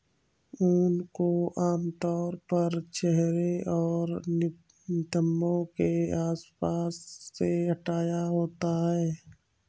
ऊन को आमतौर पर चेहरे और नितंबों के आसपास से हटाना होता है